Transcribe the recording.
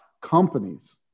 companies